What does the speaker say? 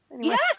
Yes